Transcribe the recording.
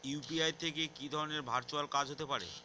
UPI থেকে কি ধরণের ভার্চুয়াল কাজ হতে পারে?